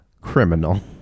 criminal